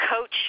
coach